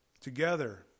Together